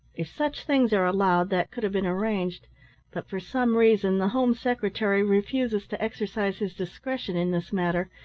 if such things are allowed that could have been arranged, but for some reason the home secretary refuses to exercise his discretion in this matter,